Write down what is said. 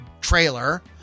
trailer